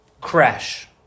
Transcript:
Crash